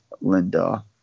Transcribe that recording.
Linda